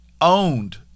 owned